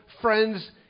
friends